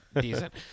decent